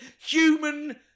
human